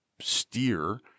steer